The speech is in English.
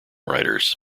writers